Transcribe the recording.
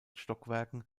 stockwerken